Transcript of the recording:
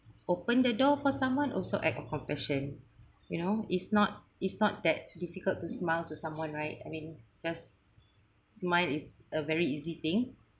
open the door for someone also act of compassion you know it's not it's not that difficult to smile to someone right I mean just smile is a very easy thing